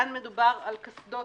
כאן מדובר על קסדות